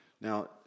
Now